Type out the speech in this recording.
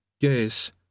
Yes